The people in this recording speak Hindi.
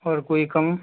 और कोई कम